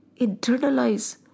internalize